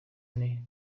nte